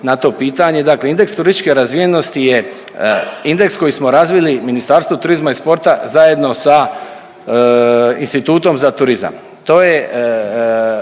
na to pitanje. Dakle indeks turističke razvijenosti je indeks koji smo razvili Ministarstvo turizma i sporta zajedno sa Institutom za turizam.